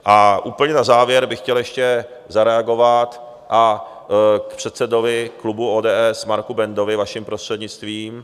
A úplně na závěr bych chtěl ještě zareagovat k předsedovi klubu ODS Marku Bendovi, vaším prostřednictvím.